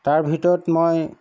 তাৰ ভিতৰত মই